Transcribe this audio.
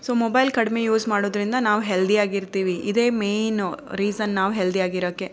so mobile ಕಡಿಮೆ use ಮಾಡೋದರಿಂದ ನಾವು ಹೆಲ್ದಿಯಾಗಿರ್ತೀವಿ ಇದೇ ಮೇಯ್ನು ರೀಸನ್ ನಾವು ಹೆಲ್ದಿಯಾಗಿರೋಕ್ಕೆ